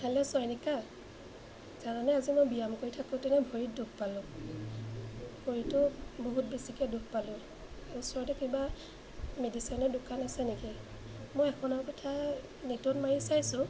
hello Chayanika জাননে আজি মই ব্যায়াম কৰি থাকোঁতেনে ভৰিত দুখ পালোঁ ভৰিটো বহুত বেছিকৈ দুখ পালোঁ ওচৰতে কিবা মেডিচিনৰ দোকান আছে নেকি মই এখনৰ কথা নেটত মাৰি চাইছোঁ